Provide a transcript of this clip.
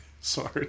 Sorry